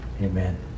Amen